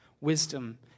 Wisdom